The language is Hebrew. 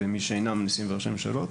במי שאינם נשיאים וראשי ממשלות.